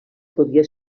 podia